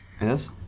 Yes